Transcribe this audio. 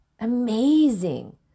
amazing